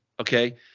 Okay